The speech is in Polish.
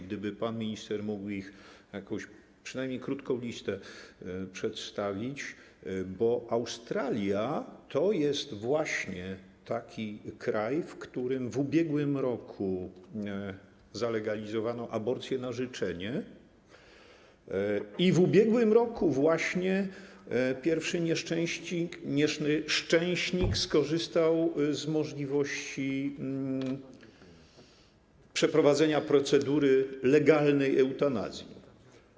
Gdyby pan minister mógł ich przynajmniej krótką listę przedstawić, bo Australia to jest taki kraj, w którym w ubiegłym roku zalegalizowano aborcję na życzenie i w ubiegłym roku pierwszy nieszczęśnik skorzystał z możliwości przeprowadzenia procedury legalnej eutanazji.